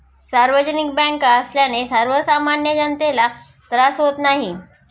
सार्वजनिक बँका असल्याने सर्वसामान्य जनतेला त्रास होत नाही